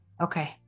Okay